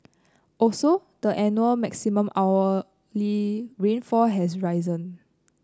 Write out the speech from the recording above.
also the annual maximum hourly rainfall has risen